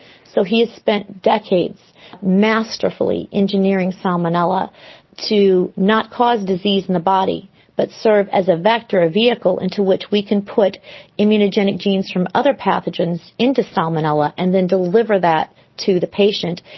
so he has spent decades masterfully engineering salmonella to not cause disease in the body but serve as a vector, a vehicle into which we can put immunogenic genes from other pathogens into salmonella and then deliver that to the patient.